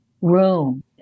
room